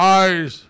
eyes